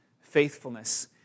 faithfulness